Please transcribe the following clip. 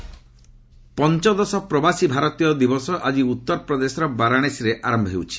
ପ୍ରବାସୀ ଭାରତୀୟ ପଞ୍ଚଦଶ ପ୍ରବାସୀ ଭାରତୀୟ ଦିବସ ଆଜି ଉତ୍ତରପ୍ରଦେଶର ବାରାଣାସୀରେ ଆରମ୍ଭ ହେଉଛି